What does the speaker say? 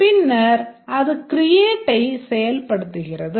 பின்னர் அது create ஐ செயல்படுத்துகிறது